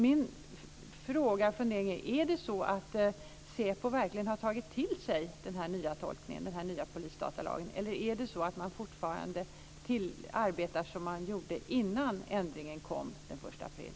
Min fråga och fundering är: Har säpo verkligen tagit till sig den här nya polisdatalagen, eller arbetar man fortfarande som man gjorde innan ändringen kom den 1 april?